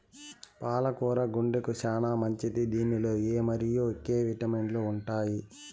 పాల కూర గుండెకు చానా మంచిది దీనిలో ఎ మరియు కే విటమిన్లు ఉంటాయి